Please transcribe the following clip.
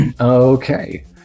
Okay